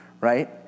Right